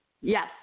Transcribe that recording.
Yes